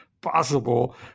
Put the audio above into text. possible